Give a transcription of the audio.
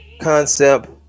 concept